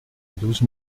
douze